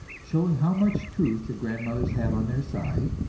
showing how much truth the grandmothers have on their side,